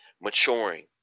maturing